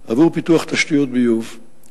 מהפעולות בוצעו וחלקן בעשייה מואצת.